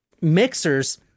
mixers